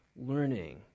learning